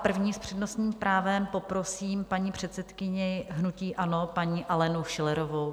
První s přednostním právem poprosím paní předsedkyni hnutí ANO paní Alenu Schillerovou.